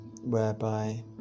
whereby